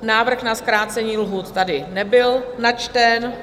Návrh na zkrácení lhůt tady nebyl načten.